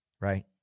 right